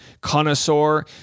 connoisseur